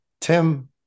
Tim